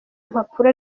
mpapuro